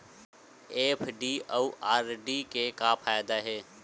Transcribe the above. FD अउ RD के का फायदा हे?